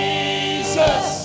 Jesus